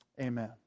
Amen